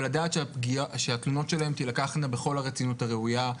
ולדעת שהתלונות שלהם תילקחנה במלוא הרצינות הראויה.